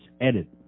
edit